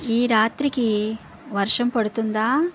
ఈ రాత్రికి వర్షం పడుతుందా